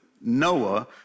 Noah